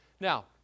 Now